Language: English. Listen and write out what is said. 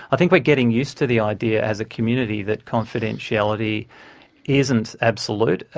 i think we're getting used to the idea as a community that confidentiality isn't absolute.